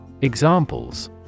Examples